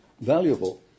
valuable